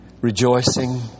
rejoicing